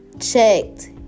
checked